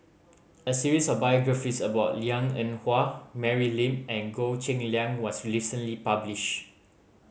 a series of biographies about Liang Eng Hwa Mary Lim and Goh Cheng Liang was recently published